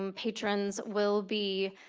um patrons will be